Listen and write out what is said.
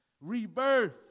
Rebirth